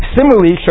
Similarly